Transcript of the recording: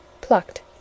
plucked